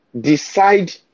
Decide